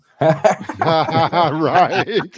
Right